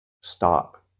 stop